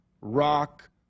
rock